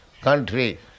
country